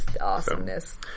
awesomeness